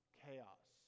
chaos